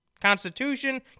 Constitution